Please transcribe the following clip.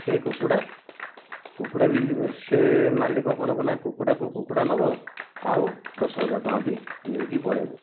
ସେଇ କୁକୁଡ଼ା କୁକୁଡ଼ା ବି ସେ ମାଲିକ କ'ଣ ନେବ ନା କୁକୁଡ଼ାକୁ କୁକୁଡ଼ା ନେବ ଆଉ ଦଶ ହଜାର ଟଙ୍କା ବି ନେଇକି ପଳେଇବ